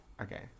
Okay